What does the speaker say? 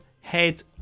head